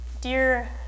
Dear